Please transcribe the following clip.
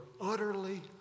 utterly